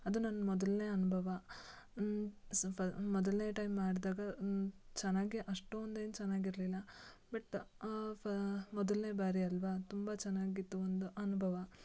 ಅದು ನನ್ನ ಮೊದಲನೇ ಅನುಭವ ಮೊದಲನೇ ಟೈಮ್ ಮಾಡಿದಾಗ ಚೆನ್ನಾಗೆ ಅಷ್ಟೊಂದು ಏನು ಚೆನ್ನಾಗಿರ್ಲಿಲ್ಲ ಬಟ್ ಫಾ ಮೊದಲನೇ ಬಾರಿ ಅಲ್ಲವಾ ತುಂಬ ಚೆನ್ನಾಗಿತ್ತು ಒಂದು ಅನುಭವ